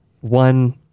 One